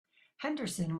henderson